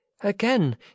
Again